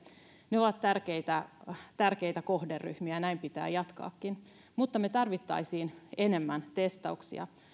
ne ovat tärkeitä kohderyhmiä ja näin pitää jatkaakin mutta me tarvitsisimme enemmän testauksia